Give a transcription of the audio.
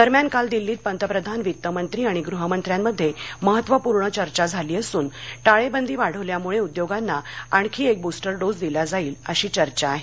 दरम्यान काल दिल्लीत पंतप्रधान वित्तमंत्री आणि गृहमंत्र्यांमध्ये महत्वपूर्ण चर्चा झाली असून टाळेबंदी वाढवल्यामुळे उद्योगांना आणखी एक बूस्टर डोस दिला जाईल अशी चर्चा आहे